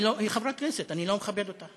היא חברת כנסת, אני לא מכבד אותה.